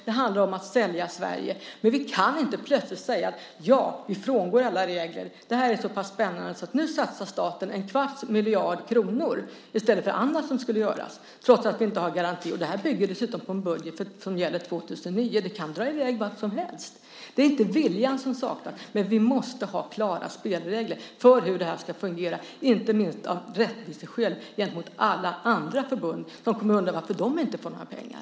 Det handlar om att sälja Sverige, men vi kan inte plötsligt säga: Ja, vi frångår alla regler, för det här är så pass spännande att staten satsar en kvarts miljard kronor på det här i stället för på annat som skulle göras, trots att vi inte har några garantier. Det här bygger dessutom på en budget för 2009, och det kan dra i väg vart som helst. Det är inte viljan som saknas, men vi måste ha klara spelregler för hur det här ska fungera, inte minst av rättviseskäl gentemot alla andra förbund som kommer att undra varför de inte får några pengar.